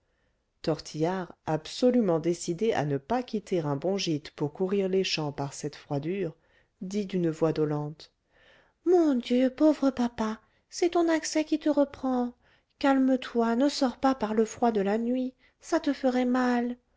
tortillard absolument décidé à ne pas quitter un bon gîte pour courir les champs par cette froidure dit d'une voix dolente mon dieu pauvre papa c'est ton accès qui te reprend calme-toi ne sors pas par le froid de la nuit ça te ferait mal